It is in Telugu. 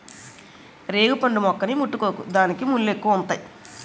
రేగుపండు మొక్కని ముట్టుకోకు దానికి ముల్లెక్కువుంతాయి